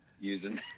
using